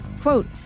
Quote